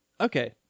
okay